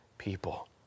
people